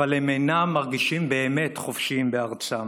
אבל הם אינם מרגישים באמת חופשיים בארצם,